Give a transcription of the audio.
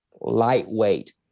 lightweight